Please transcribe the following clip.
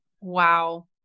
Wow